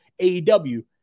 AEW